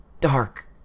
dark